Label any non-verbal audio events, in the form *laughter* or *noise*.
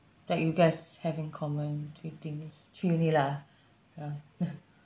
like you guys have in common three things three only lah ya *laughs*